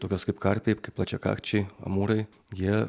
tokios kaip karpiai plačiakakčiai amūrai jie